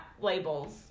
labels